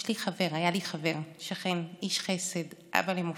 היה לי חבר, שכן, איש חסד, אבא למופת,